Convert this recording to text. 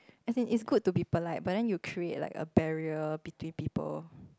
as in it's good to be polite but then you create like a barrier between people